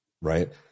right